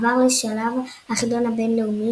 עבר לשלב "החידון הבינלאומי",